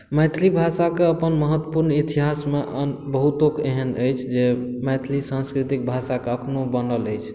मैथिली भाषा के अपन महत्वपूर्ण इतिहास मे बहुतो के एहन अछि जे मैथिली सान्स्कृतिक भाषा के अखनो बनल अछि